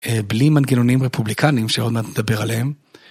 בלי מנגנונים רפובליקניים שעוד מעט נדבר עליהם.